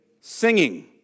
singing